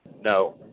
No